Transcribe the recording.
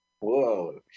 Whoa